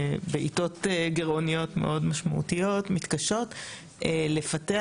בעתות גרעוניות מאוד קשות ומתקשות לפתח